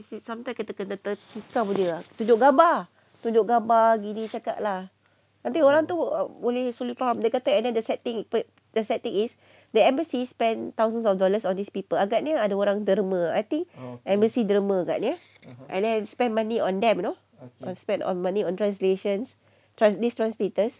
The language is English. she sometime tunjuk gambar tunjuk gambar gini cakap lah nanti orang tu boleh faham dia kata and then the sad thing the sad thing is the embassy spend thousand of dollars on these people agaknya derma I think embassy derma agaknya and then spend money on them you know err spend the money on translations err these translators